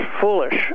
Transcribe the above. foolish